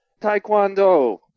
Taekwondo